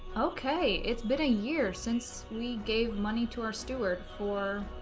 okay it's been a year since we gave money to our steward for